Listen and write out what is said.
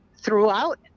throughout